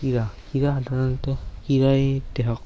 ক্ৰীড়া ক্ৰীড়া সাধাৰণতে ক্ৰীড়াই দেহক